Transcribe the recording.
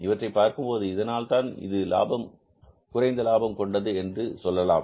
இவற்றைப் பார்க்கும்போது இதனால்தான் இது குறைந்த லாபம் கொண்டது என்று சொல்லலாம்